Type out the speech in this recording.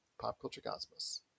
PopCultureCosmos